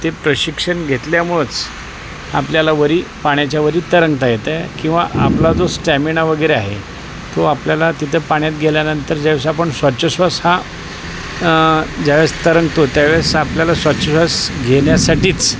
ते प्रशिक्षण घेतल्यामुळंच आपल्याला वरी पाण्याच्या वरी तरंगता येतं किंवा आपला जो स्टॅमिना वगैरे आहे तो आपल्याला तिथं पाण्यात गेल्यानंतर ज्यावेळेस आपण श्वासोच्छ्ववास हा ज्यावेळेस तरंगतो त्यावेळेस आपल्याला श्वासोच्छ्ववास घेण्यासाठीच